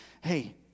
Hey